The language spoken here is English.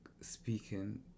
Speaking